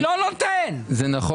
אנחנו גם בחוק ההסדרים ניסחנו,